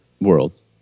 worlds